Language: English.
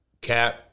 Cap